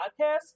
podcast